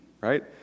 Right